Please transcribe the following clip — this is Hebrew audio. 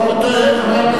חבר הכנסת